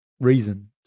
reason